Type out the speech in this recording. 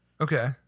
Okay